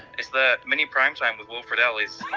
it's that mini primetime with will friedle is